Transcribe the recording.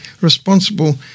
responsible